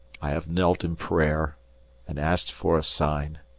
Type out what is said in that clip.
i have knelt in prayer and asked for a sign,